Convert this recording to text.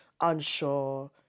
unsure